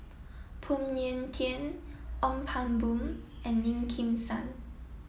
Phoon Yew Tien Ong Pang Boon and Lim Kim San